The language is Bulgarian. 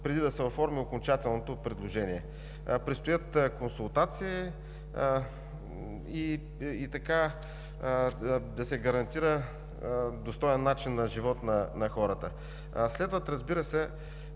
преди да се оформи окончателното предложение. Предстоят консултации, за да се гарантира достоен начин на живот на хората. Следват много